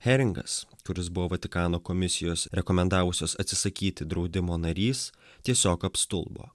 heringas kuris buvo vatikano komisijos rekomendavusios atsisakyti draudimo narys tiesiog apstulbo